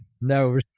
no